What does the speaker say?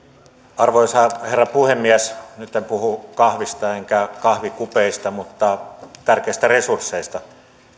arvoisa herra puhemies nyt en puhu kahvista enkä kahvikupeista mutta tärkeistä resursseista